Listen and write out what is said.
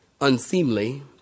unseemly